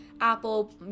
Apple